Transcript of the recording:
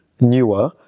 newer